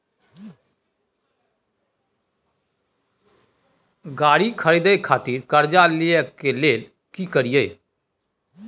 गाड़ी खरीदे खातिर कर्जा लिए के लेल की करिए?